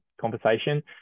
conversation